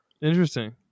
Interesting